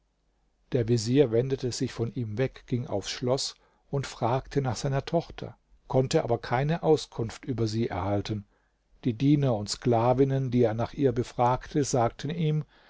der vezier wendete sich von ihm weg ging aufs schloß und fragte nach seiner tochter konnte aber keine auskunft über sie erhalten die diener und sklavinnen die er nach ihr befragte sagten ihm